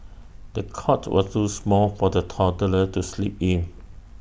the cot was too small for the toddler to sleep in